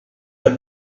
but